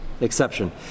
exception